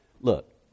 Look